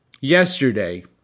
yesterday